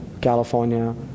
California